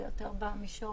זה יותר במישור